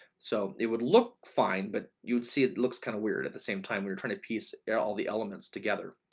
so it would look fine but you'd see it looks kind of weird. at the same time, we were trying to piece all the elements together.